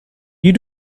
you